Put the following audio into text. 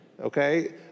Okay